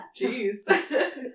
Jeez